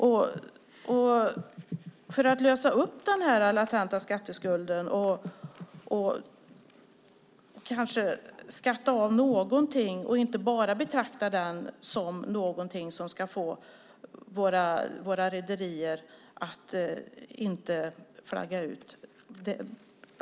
Det handlar om att lösa upp den latenta skatteskulden och skatta av någonting och inte bara betrakta den som någonting som ska få våra rederier att inte flagga ut.